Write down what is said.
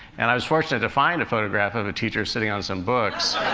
and i was fortunate to find a photograph of a teacher sitting on some books.